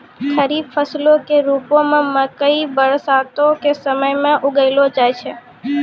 खरीफ फसलो के रुपो मे मकइ बरसातो के समय मे उगैलो जाय छै